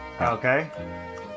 Okay